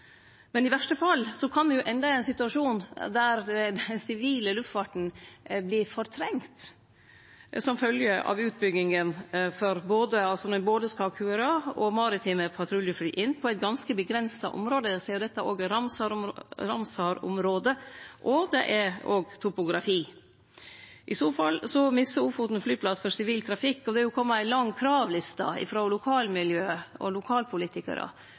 I verste fall kan me ende i ein situasjon der den sivile luftfarten vert fortrengd som følgje av utbygginga, når ein skal ha både QRA og maritime patruljefly inn på eit ganske avgrensa område, sidan dette òg er Ramsar-område. Det er òg topografi. I så fall misser Ofoten flyplass for sivil trafikk. Det har kome ei lang kravliste frå lokalmiljø og lokalpolitikarar